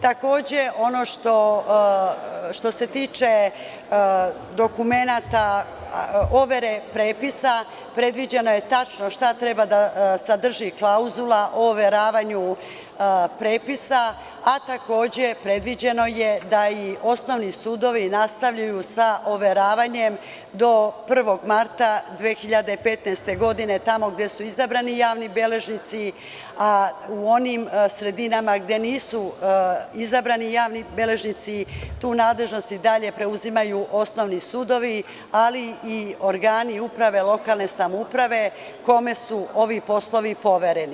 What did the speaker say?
Takođe, ono što se tiče dokumenata overe prepisa, Predviđeno je tačno šta treba da sadrži klauzula o overavanju prepisa, a takođe predviđeno je da i osnovni sudovi nastavljaju sa overavanjem do 1. marta 2015. godine tamo gde su izabrani javni beležnici, a u onim sredinama gde nisu izabrani javni beležnici, tu nadležnost i dalje preuzimaju osnovni sudovi ali i organi uprave lokalne samouprave kome su ovi poslovi povereni.